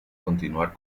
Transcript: continuar